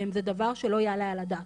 זה דבר שלא יעלה על הדעת.